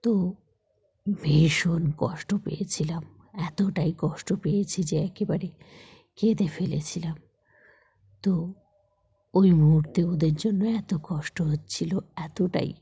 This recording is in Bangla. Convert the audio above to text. তো ভীষণ কষ্ট পেয়েছিলাম এতটাই কষ্ট পেয়েছি যে একেবারে কেঁদে ফেলেছিলাম তো ওই মুহর্তে ওদের জন্য এত কষ্ট হচ্ছিলো এতটাই